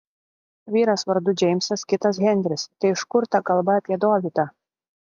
vyras vardu džeimsas kitas henris tai iš kur ta kalba apie dovydą